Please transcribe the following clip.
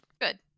Good